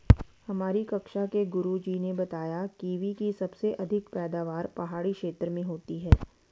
हमारी कक्षा के गुरुजी ने बताया कीवी की सबसे अधिक पैदावार पहाड़ी क्षेत्र में होती है